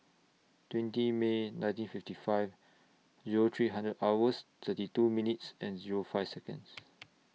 twenty May nineteen fifty five Zero three hundred hours thirty two minutes and Zero five Seconds